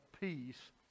peace